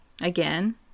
Again